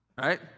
Right